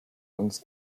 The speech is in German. uns